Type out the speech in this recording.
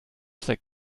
sekt